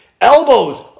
Elbows